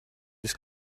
this